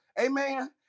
amen